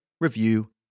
review